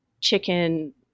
chicken